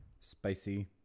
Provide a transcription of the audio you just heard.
spicy